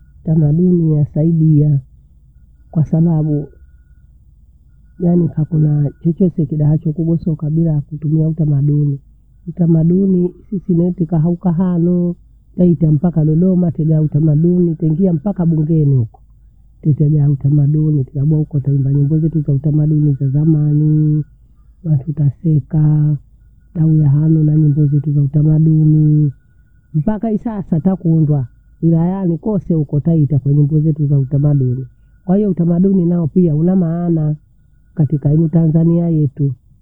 Tamaduni yasaidia, kwasababu yaani hakuna vicheche kidahati kubwa thiokabila yakutumia utamaduni. Utamaduni sisi neitika houka hanuu, neita mpaka Dodoma tega utamaduni teingia mpaka bungeni ukoo, kutegaa utamaduni. Tutagua huko taimba nyimbo zetu za utamaduni zazamanii, watu tasekaa, tahuya hanu na nyimbo zetu za utamadunii. Mpaka hii sasa takuundwa wilayani kote huko tawita senyimbo zetu zautamaduni. Kwahiyo utamaduni nao pia una maana katika ile Tanzania yetuu